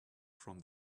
from